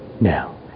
Now